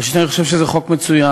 ראשית, אני חושב שזה חוק מצוין,